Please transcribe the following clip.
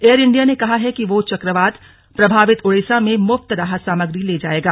air India ने कहा है कि वह च क्र वात प्रभावित ओड़िसा में मु पत राहत सामग्री ले जायेगा